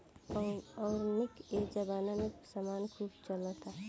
organic ए जबाना में समान खूब चलता